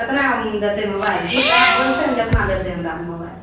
केतनामे देतय मोबाइल किस्त आब बोलतय ने केतना देतय हमरा मोबाइल